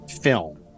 film